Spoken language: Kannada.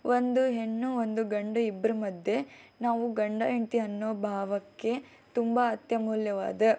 ಒಂದು ಹೆಣ್ಣು ಒಂದು ಗಂಡು ಇಬ್ರ ಮಧ್ಯೆ ನಾವು ಗಂಡ ಹೆಂಡ್ತಿ ಅನ್ನೋ ಭಾವಕ್ಕೆ ತುಂಬ ಅತ್ಯಮೂಲ್ಯವಾದ